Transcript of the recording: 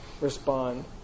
respond